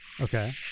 Okay